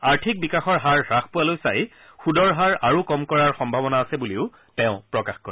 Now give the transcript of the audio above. আৰ্থিক বিকাশৰ হাৰ হাস পোৱালৈ চাই সুদৰ হাৰ আৰু কম কৰাৰ সম্ভাৱনা আছে বুলিও তেওঁ প্ৰকাশ কৰে